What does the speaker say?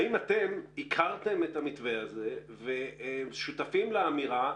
האם אתם הכרתם את המתווה הזה ושותפים לאמירה